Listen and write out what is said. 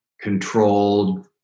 controlled